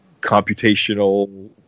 computational